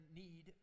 need